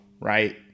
right